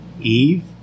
Eve